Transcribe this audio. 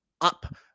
up